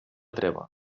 treva